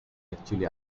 actually